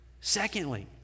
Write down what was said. Secondly